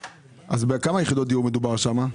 בכמה יחידות דיור מדובר שם?